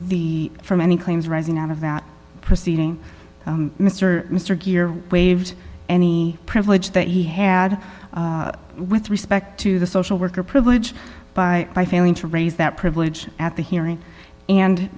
the from any claims arising out of that proceeding mr mr gere waived any privilege that he had with respect to the social worker privilege by failing to raise that privilege at the hearing and